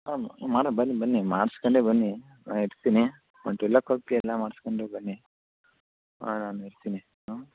ಹಾಂ ಮಾಡಿ ಬನ್ನಿ ಬನ್ನಿ ಮಾಡ್ಸಕೊಂಡೇ ಬನ್ನಿ ನಾ ಇರ್ತೀನಿ ಒಂದು ಟ್ವೆಲ್ ಓ ಕ್ಲಾಕ್ಗೆ ಎಲ್ಲ ಮಾಡಿಸ್ಕೊಂಡು ಬನ್ನಿ ಹಾಂ ನಾನು ಇರ್ತೀನಿ ಹಾಂ